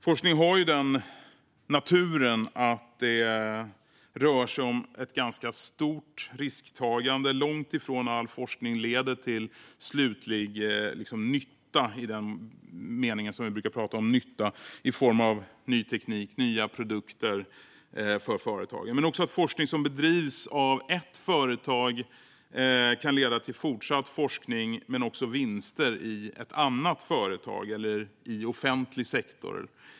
Forskning har ju den naturen att det rör sig om ett stort risktagande. Långt ifrån all forskning leder till slutlig "nytta" i den mening som vi brukar prata om, alltså ny teknik och nya produkter för företagen. Forskning som bedrivs av ett företag kan även leda till fortsatt forskning men också vinster i ett annat företag eller i offentlig sektor.